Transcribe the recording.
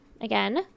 again